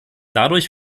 dadurch